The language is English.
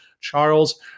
Charles